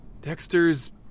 Dexter's